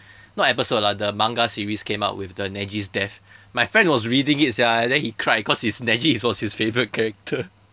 not episode lah the manga series came out with the neji's death my friend was reading it sia and then he cried because his neji was his favourite character